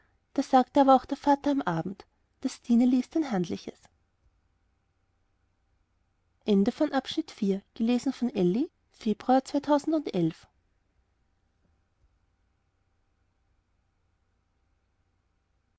da sagte aber auch der vater am abend das stineli ist ein handliches